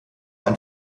ein